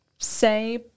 Say